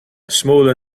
smaller